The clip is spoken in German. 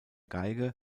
geige